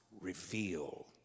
reveal